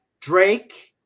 Drake